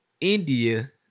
India